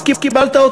אז קיבלת,